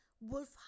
Wolf